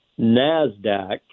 NASDAQ